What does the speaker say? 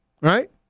right